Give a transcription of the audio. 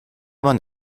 man